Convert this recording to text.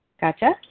Gotcha